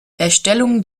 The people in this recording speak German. erstellung